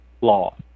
Law